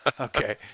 Okay